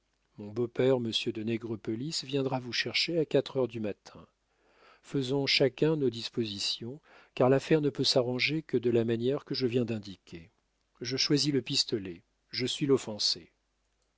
mon beau-père monsieur de nègrepelisse viendra vous chercher à quatre heures du matin faisons chacun nos dispositions car l'affaire ne peut s'arranger que de la manière que je viens d'indiquer je choisis le pistolet je suis l'offensé